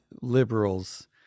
liberals